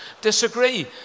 disagree